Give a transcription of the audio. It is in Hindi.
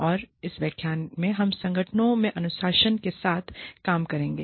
और इस व्याख्यान में हम संगठनों में अनुशासन के साथ काम करेंगे